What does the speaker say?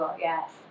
yes